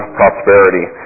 prosperity